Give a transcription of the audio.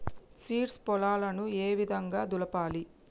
Seeds పొలాలను ఏ విధంగా దులపాలి?